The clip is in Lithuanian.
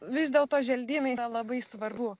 vis dėlto želdynai yra labai svarbu